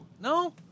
No